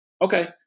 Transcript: okay